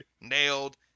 nailed